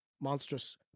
monstrous